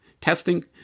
testing